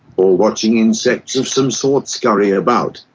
or watching insects of some sort scurry about.